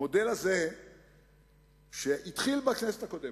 המודל הזה התחיל בכנסת הקודמת,